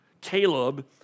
Caleb